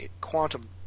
quantum